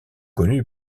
connu